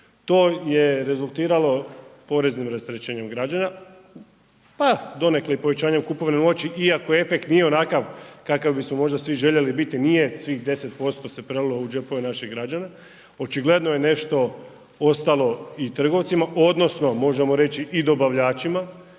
To je rezultiralo poreznim rasterećenjem građana, pa donekle i povećanjem kupovne moći, iako efekt nije onakav kakav bismo možda svi željeli biti, nije svih 10% se prelilo u džepove naših građana. Očigledno je nešto ostalo i trgovcima, odnosno možemo reći i dobavljačima